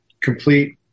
complete